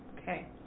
Okay